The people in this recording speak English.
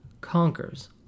conquers